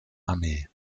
armee